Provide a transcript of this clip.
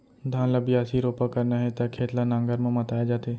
धान ल बियासी, रोपा करना हे त खेत ल नांगर म मताए जाथे